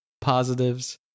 positives